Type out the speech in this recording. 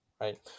Right